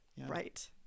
Right